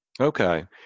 Okay